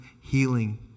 healing